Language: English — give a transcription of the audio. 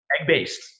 Egg-based